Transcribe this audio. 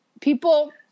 people